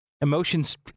Emotions